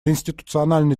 институциональной